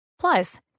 Plus